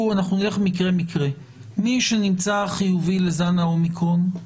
נלך מקרה-מקרה: מי שנמצא חיובי לזן האומיקרון,